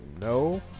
No